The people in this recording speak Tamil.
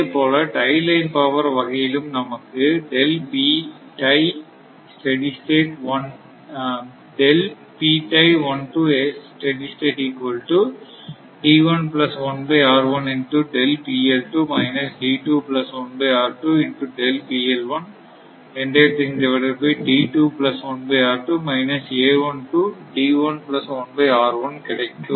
அதேபோல் டை லைன் பவர் வகையிலும் நமக்கு கிடைக்கும்